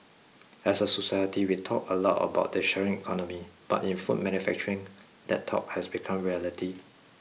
as a society we talk a lot about the sharing economy but in food manufacturing that talk has become reality